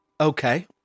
okay